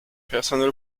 personal